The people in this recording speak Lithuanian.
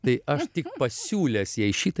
tai aš tik pasiūlęs jai šitai